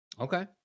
Okay